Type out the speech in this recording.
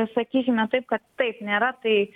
sakykime taip kad taip nėra tai